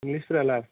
इंलिशफोरालाय